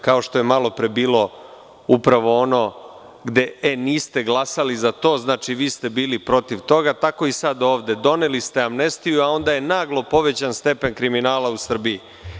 Kao što je malopre bilo upravo ono gde – e niste glasili za to, znači vi ste bili protiv toga, tako i sada ovde – doneli ste amnestiju a onda je naglo povećan stepen kriminala u Srbiji.